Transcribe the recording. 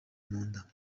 munda